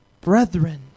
brethren